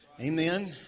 Amen